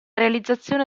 realizzazione